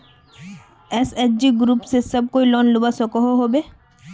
SHG group से सब कोई लोन लुबा सकोहो होबे?